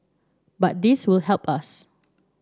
but this will help us